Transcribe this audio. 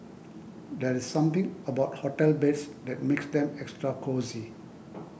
there's something about hotel beds that makes them extra cosy